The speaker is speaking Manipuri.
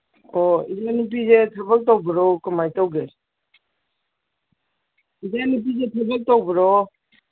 ꯑꯣ ꯏꯆꯥꯅꯨꯄꯤꯁꯦ ꯊꯕꯛ ꯇꯧꯕꯔꯣ ꯀꯃꯥꯏ ꯇꯧꯒꯦ ꯏꯆꯥꯅꯨꯄꯤꯁꯦ ꯊꯕꯛ ꯇꯧꯕꯔꯣ